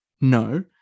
No